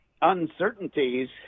uncertainties